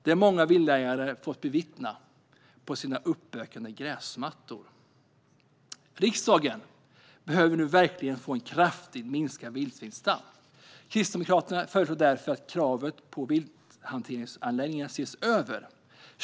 Det har många villaägare fått bevittna på sina uppbökade gräsmattor. Riksdagen behöver nu verka för en kraftigt minskad vildsvinsstam. Kristdemokraterna föreslår därför att kravet på vilthanteringsanläggningar ska ses över.